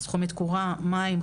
מים,